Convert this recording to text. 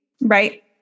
right